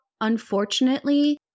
unfortunately